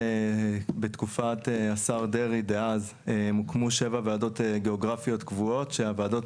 בתקופת השר דרעי דאז הוקמו שבע ועדות גיאוגרפיות קבועות כשהוועדות